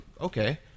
okay